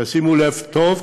תשימו לב טוב,